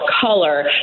color